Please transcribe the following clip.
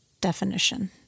definition